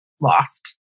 lost